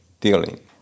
dealing